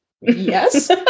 Yes